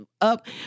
up